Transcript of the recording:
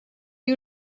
are